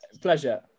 pleasure